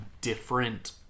different